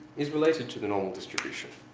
is related to the normal distribution.